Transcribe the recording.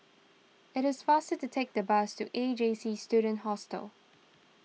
it is faster to take the bus to A J C Student Hostel